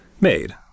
made